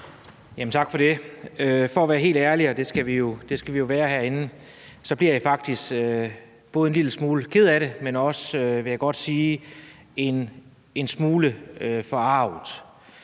Tak for det. For at være helt ærlig, og det skal vi jo være herinde, bliver jeg faktisk både en lille smule ked af det, men også en smule forarget,